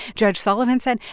judge sullivan said,